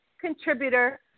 contributor